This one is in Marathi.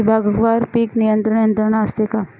विभागवार पीक नियंत्रण यंत्रणा असते का?